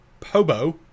Pobo